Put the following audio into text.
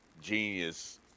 genius